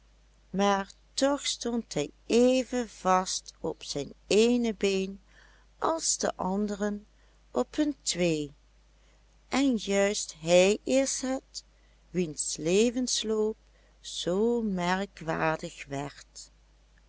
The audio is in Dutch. maar toch stond hij even vast op zijn eene been als de anderen op hun twee en juist hij is het wiens levensloop zoo merkwaardig werd